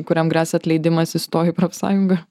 kuriam gresia atleidimas įstojo į profsąjungą